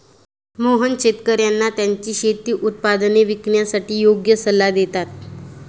मोहन शेतकर्यांना त्यांची शेती उत्पादने विकण्यासाठी योग्य सल्ला देतात